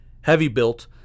heavy-built